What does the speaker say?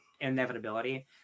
inevitability